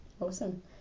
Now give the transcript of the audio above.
Awesome